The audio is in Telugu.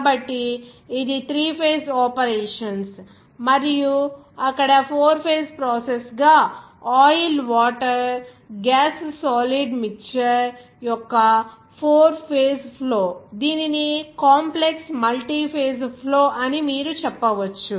కాబట్టి ఇది త్రీ ఫేజ్ ఆపరేషన్స్ మరియు అక్కడ ఫోర్ ఫేజ్ ప్రాసెస్ గా oil water gas solid mixture యొక్క ఫోర్ ఫేజ్ ఫ్లో దీనిని కాంప్లెక్స్ మల్టీ ఫేజ్ ఫ్లో అని మీరు చెప్పవచ్చు